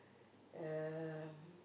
uh